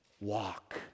Walk